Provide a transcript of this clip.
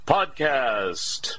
Podcast